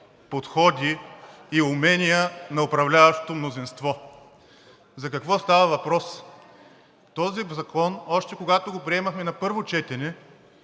подходи и умения на управляващото мнозинство. За какво става въпрос? Този закон, още когато го приемахме на първо четене,